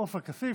עופר כסיף.